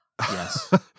Yes